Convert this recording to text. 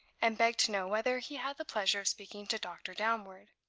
and begged to know whether he had the pleasure of speaking to doctor downward.